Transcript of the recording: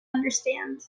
understand